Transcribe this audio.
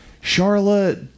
Charlotte